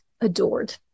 adored